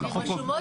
הוא רוצה את כל.